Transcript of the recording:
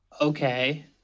Okay